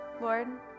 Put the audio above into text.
Lord